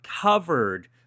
covered